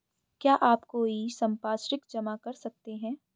क्या आप कोई संपार्श्विक जमा कर सकते हैं?